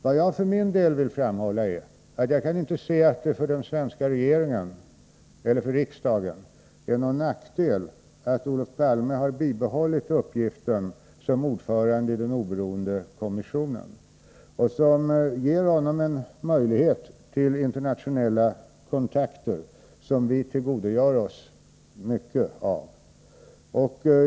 Vad jag för min del vill framhålla är att jag inte kan se att det för den svenska regeringen eller för riksdagen är någon nackdel att Olof Palme har behållit uppgiften som ordförande i den oberoende kommissionen, något som ger honom möjligheter till internationella kontakter vilka vi i mycket stor utsträckning har nytta av.